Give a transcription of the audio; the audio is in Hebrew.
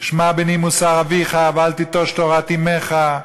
"שמע בני מוסר אביך ואל תטש תורת אמך".